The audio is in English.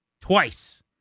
Twice